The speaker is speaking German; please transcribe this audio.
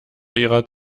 ihrer